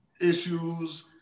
issues